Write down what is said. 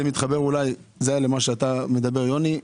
זה מתחבר למה שדיברת יוני,